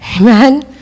amen